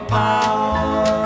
power